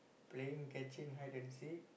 playing catching hide and seek